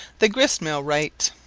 the grist-mill right.